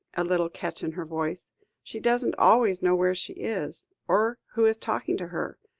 a little catch in her voice she doesn't always know where she is, or who is talking to her.